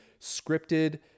scripted